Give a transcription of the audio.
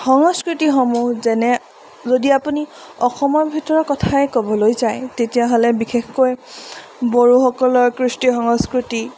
সংস্কৃতিসমূহ যেনে যদি আপুনি অসমৰ ভিতৰৰ কথাই ক'বলৈ যায় তেতিয়াহ'লে বিশেষকৈ বড়োসকলৰ কৃষ্টি সংস্কৃতি